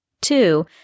two